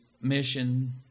mission